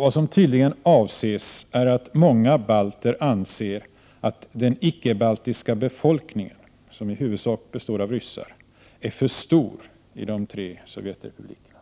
Vad som tydligen avses är att många balter anser att den icke-baltiska befolkningen, som i huvudsak består av ryssar, är för stor i de tre sovjetrepublikerna.